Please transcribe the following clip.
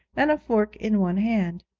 and a fork in one hand.